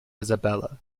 isabella